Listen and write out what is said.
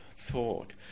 thought